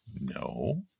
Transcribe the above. No